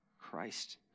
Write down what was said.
Christ